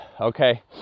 okay